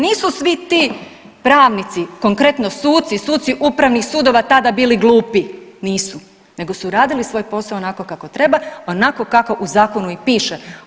Nisu svi ti pravnici, konkretno suci, suci upravnih sudova tada bili glupi, nisu, nego su radili svoj posao onako kako treba, onako kako u zakonu i piše.